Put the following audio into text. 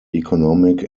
economic